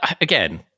again